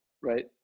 right